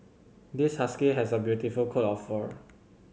this husky has a beautiful coat of fur